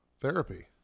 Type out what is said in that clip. therapy